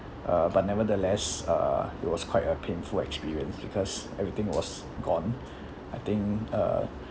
uh but nevertheless uh it was quite a painful experience because everything was gone I think uh